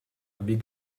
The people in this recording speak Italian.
big